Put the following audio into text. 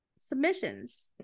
submissions